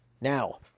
Now